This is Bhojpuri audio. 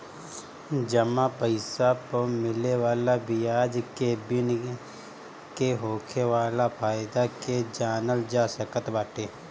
जमा पईसा पअ मिले वाला बियाज के गिन के होखे वाला फायदा के जानल जा सकत बाटे